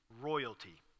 royalty